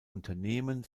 unternehmen